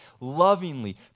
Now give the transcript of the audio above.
Lovingly